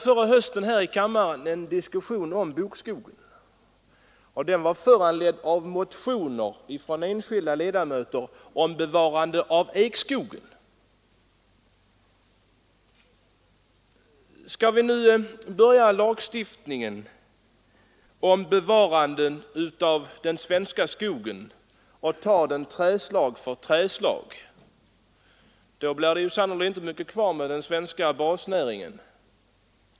Förra hösten hade vi i kammaren en diskussion om bokskogen, och den var föranledd av motioner från enskilda ledamöter om bevarande av ekskogen. Skall vi nu börja lagstiftningen om bevarande av den svenska skogen och ta den trädslag för trädslag, då blir det sannerligen inte mycket kvar av den svenska basnäringen.